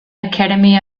academy